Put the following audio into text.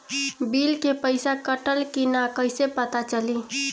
Bill के पइसा कटल कि न कइसे पता चलि?